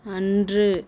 அன்று